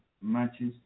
matches